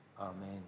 Amen